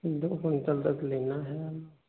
दो क्विंटल तक लेना है आलू